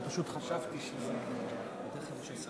ואני פשוט חשבתי שזה, לא.